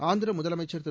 ஆந்திர முதலமைச்சா திரு